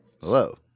Hello